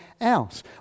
else